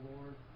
Lord